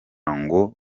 ngo